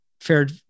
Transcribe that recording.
fared